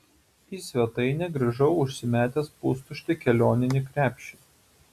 į svetainę grįžau užsimetęs pustuštį kelioninį krepšį